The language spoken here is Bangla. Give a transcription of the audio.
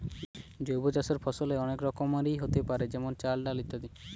জৈব চাষের ফসল অনেক রকমেরই হোতে পারে যেমন চাল, ডাল ইত্যাদি